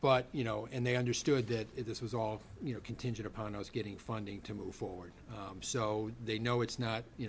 but you know and they understood that this was all you know contingent upon i was getting funding to move forward so they know it's not you